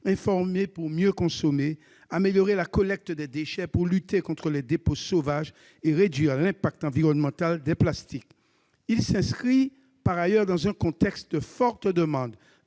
informer pour mieux consommer et améliorer la collecte des déchets pour lutter contre les dépôts sauvages et réduire l'impact environnemental des plastiques. Par ailleurs, il s'inscrit dans le contexte d'une forte demande